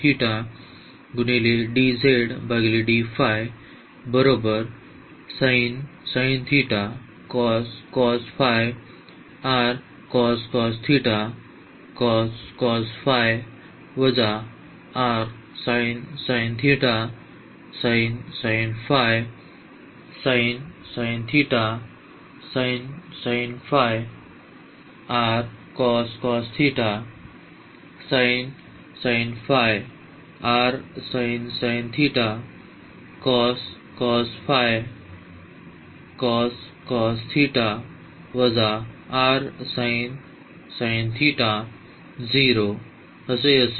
ही एक निश्चित व्याख्या आहे ज्याची आम्ही आधीपासूनच चर्चा केली आहे